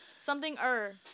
Something-er